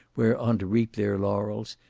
whereon to reap their laurels,